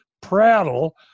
prattle